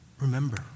Remember